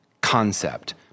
concept